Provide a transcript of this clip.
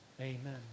Amen